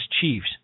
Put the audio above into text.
chiefs